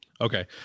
okay